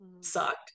sucked